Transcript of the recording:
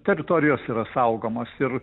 teritorijos yra saugomos ir